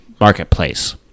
marketplace